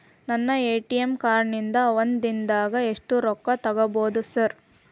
ನನ್ನ ATM card ನಿಂದಾ ಒಂದ್ ದಿಂದಾಗ ಎಷ್ಟ ರೊಕ್ಕಾ ತೆಗಿಬೋದು ಸಾರ್?